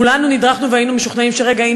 כולנו נדרכנו והיינו משוכנעים שרגע,